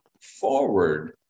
forward